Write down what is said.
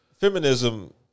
Feminism